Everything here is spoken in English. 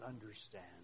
understand